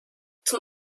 zum